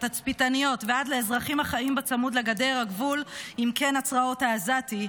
התצפיתניות ועד לאזרחים החיים צמוד לגדר הגבול עם קן הצרעות העזתי,